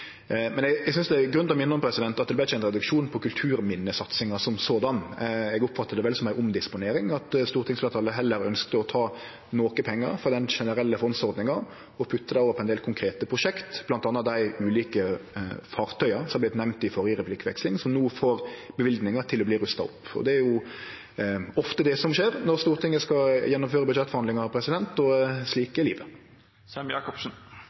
Det er gjort som ei omdisponering, ved at stortingsfleirtalet heller ønskte å ta pengar frå den generelle fondsordninga og bruke dei på ein del konkrete prosjekt, bl.a. dei ulike fartøya som vart nemnde i den førre replikkvekslinga, som no får løyvingar til å rustast opp. Det er ofte det som skjer når Stortinget skal gjennomføre budsjettforhandlingar. Slik er livet. Jeg er helt enig med statsråden i at sånn er livet, og